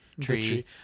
tree